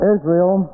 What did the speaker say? Israel